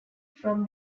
from